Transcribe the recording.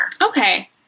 Okay